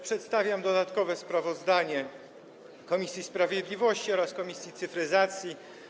Przedstawiam dodatkowe sprawozdanie komisji sprawiedliwości oraz komisji cyfryzacji.